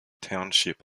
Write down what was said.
township